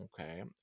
okay